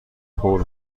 هول